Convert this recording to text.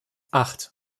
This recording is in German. acht